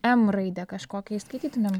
m raidę kažkokią įskaitytumėm